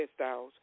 hairstyles